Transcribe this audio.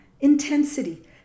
intensity